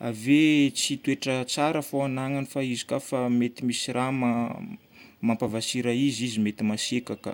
Ave tsy toetra tsara fô agnanany fa izy koafa mety misy raha mampavasira izy, izy mety masiaka ka.